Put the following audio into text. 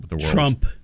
Trump